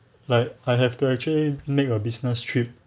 like I have to actually make a business trips